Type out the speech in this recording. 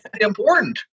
important